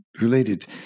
related